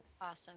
Awesome